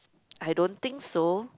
I don't think so